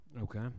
Okay